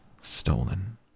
stolen